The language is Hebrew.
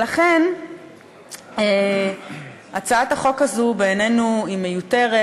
לכן הצעת החוק הזו בעינינו היא מיותרת,